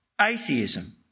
Atheism